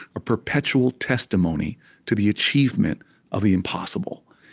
a perpetual testimony to the achievement of the impossible.